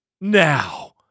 now